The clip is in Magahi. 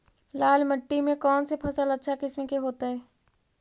लाल मिट्टी में कौन से फसल अच्छा किस्म के होतै?